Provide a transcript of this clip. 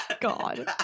god